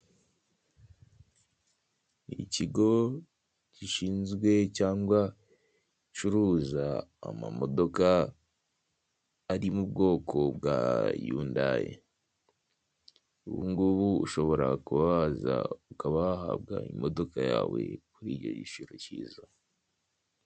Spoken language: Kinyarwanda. Ahacuruurizwa imodoka zo mu bwoko bwa HYUNDAI. Uwo ari we wese ukeneye imodoka yo muri ubu bwoko yabagana.